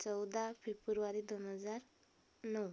चौदा फेब्रुवारी दोन हजार नऊ